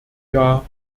jahr